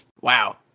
wow